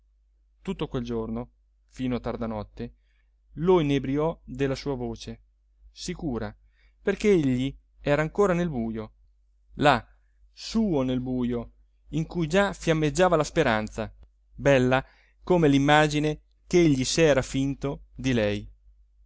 tutto quel giorno fino a tarda notte lo inebriò della sua voce sicura perché egli era ancora nel bujo là suo nel bujo in cui già fiammeggiava la speranza bella come l'immagine ch'egli s'era finto di lei